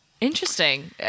interesting